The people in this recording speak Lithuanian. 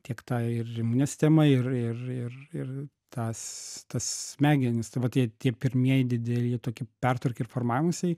tiek tą ir imunę sistemą ir ir ir ir tas tas smegenis tai vat tie tie pirmieji dideli toki pertvarkiai ir formavimaisi